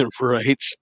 Right